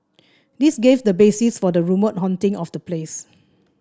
this gave the basis for the rumoured haunting of the place